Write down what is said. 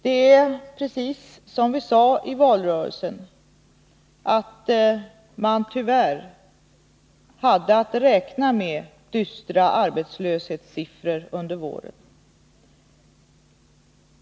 Precis som socialdemokraterna sade under valrörelsen fick vi tyvärr räkna med dystra arbetslöshetssiffror under våren.